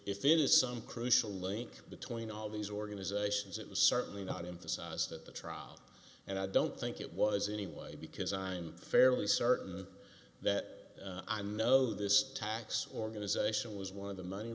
if it is some crucial link between all these organizations it was certainly not in the size that the trial and i don't think it was anyway because i'm fairly certain that i know this tax organization was one of the money